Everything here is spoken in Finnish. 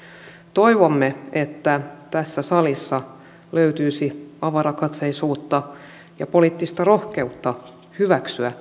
toivomme että tässä salissa löytyisi avarakatseisuutta ja poliittista rohkeutta hyväksyä